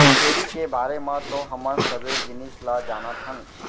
छेरी के बारे म तो हमन सबे जिनिस ल जानत हन